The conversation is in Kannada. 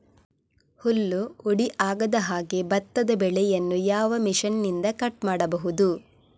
ಹುಲ್ಲು ಹುಡಿ ಆಗದಹಾಗೆ ಭತ್ತದ ಬೆಳೆಯನ್ನು ಯಾವ ಮಿಷನ್ನಿಂದ ಕಟ್ ಮಾಡಬಹುದು?